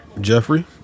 Jeffrey